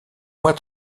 moi